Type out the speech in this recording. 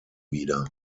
wieder